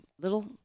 little